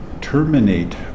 terminate